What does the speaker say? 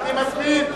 אני מזמין,